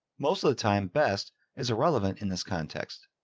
most of the time best is irrelevant in this context.